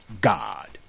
God